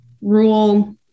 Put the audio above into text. rural